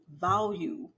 value